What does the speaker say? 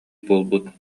буолбут